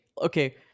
okay